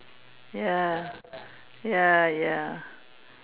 ya